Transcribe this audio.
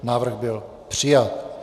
Návrh byl přijat.